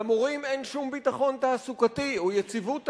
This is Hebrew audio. למורים אין שום ביטחון תעסוקתי או יציבות תעסוקתית.